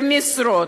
למשרות,